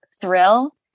thrill